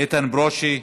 איתן ברושי,